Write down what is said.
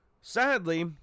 sadly